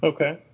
Okay